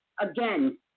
again